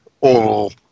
oral